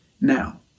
now